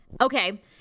okay